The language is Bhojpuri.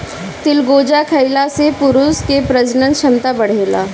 चिलगोजा खइला से पुरुष के प्रजनन क्षमता बढ़ेला